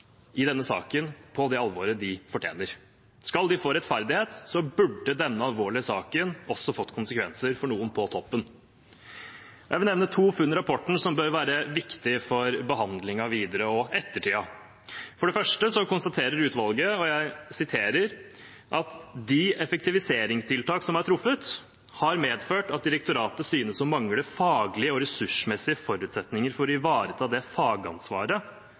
i denne saken på det alvoret de fortjener. Skal de få rettferdighet, burde denne alvorlige saken også fått konsekvenser for noen på toppen. Jeg vil nevne to funn i rapporten som bør være viktige for behandlingen videre og ettertiden. For det første konstaterer utvalget «at de effektiviseringstiltak som er truffet, har medført at direktoratet synes å mangle faglige og ressursmessige forutsetninger for å ivareta det fagansvaret